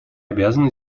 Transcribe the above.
обязаны